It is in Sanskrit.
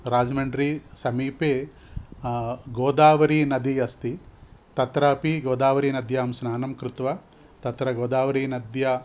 राजमन्ड्रीसमीपे गोदावरी नदी अस्ति तत्रापि गोदावरीनद्यां स्नानं कृत्वा तत्र गोदावरीनद्याः